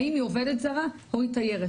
האם היא עובדת זרה או היא תיירת,